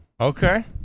Okay